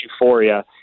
euphoria